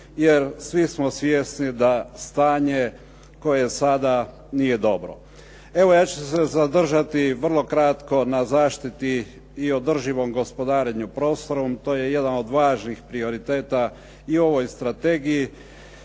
jer svi smo svjesni da je stanje koje sada nije dobro. Evo ja ću se zadržati vrlo kratko na zaštiti i održivom gospodarenju prostorom. To je jedan od važnih prioriteta i u ovoj strategiji